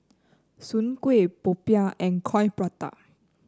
Soon Kuih popiah and Coin Prata